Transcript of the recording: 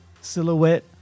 silhouette